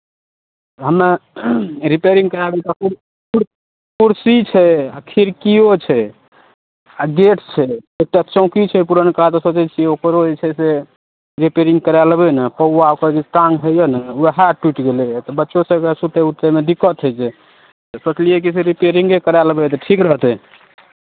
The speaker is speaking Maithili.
हम्मे रिपेयरिंग करबा देब तऽ कुर् कुर् कुर्सी छै आ खिड़कीओ छै आ गेट छै एकटा चौकी छै पुरनका ओकरो जे छै से रिपेरयिंग करा लेबै ने पौआ ओकर जे टाङ्ग होइए ने उएह टूटि गेलैए तऽ बच्चो सभके सुतय उतयमे दिक्कत होइ छै तऽ सोचलियै कि से रिपेयरिंग करबा लेबै तऽ ठीक रहतै